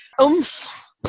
oomph